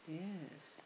yes